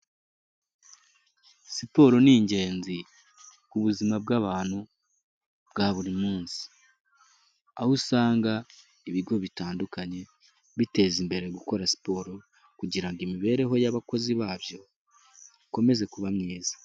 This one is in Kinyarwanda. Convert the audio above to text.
Siporo ni ingenzi ku buzima bw'abantu bwa buri munsi, aho usanga ibigo bitandukanye biteza imbere gukora siporo kugira ngo imibereho y'abakozi babyo ikomeze kuba myiza.